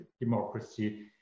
democracy